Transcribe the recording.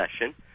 session